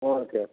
और क्या